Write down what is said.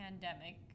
Pandemic